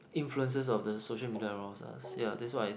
influences of the social media around us yeah that's why I